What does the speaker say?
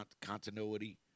continuity